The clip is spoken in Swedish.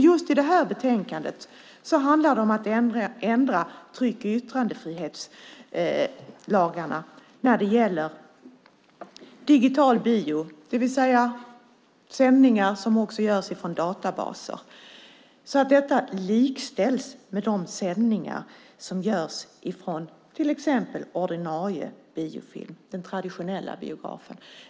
Just i det här betänkandet handlar det om att ändra tryck och yttrandefrihetslagarna när det gäller digital bio, det vill säga sändningar som också görs från databaser, så att detta likställs med de sändningar som görs från till exempel ordinarie biofilm på den traditionella biografen.